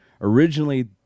Originally